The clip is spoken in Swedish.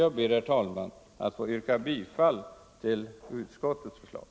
Jag ber, fru talman, att få yrka bifall till utskottets förslag.